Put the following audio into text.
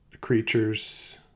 creatures